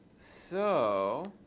so